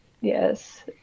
yes